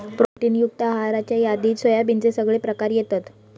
protein युक्त आहाराच्या यादीत सोयाबीनचे सगळे प्रकार येतत